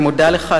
אני מודה לך.